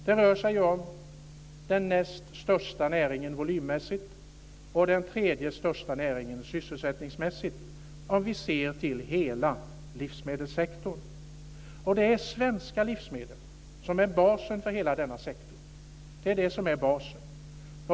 Det rör sig om den näst största näringen volymmässigt och den tredje största näringen sysselsättningsmässigt om vi ser till hela livsmedelssektorn. Det är svenska livsmedel som är basen för hela denna sektor. Det är det som är basen.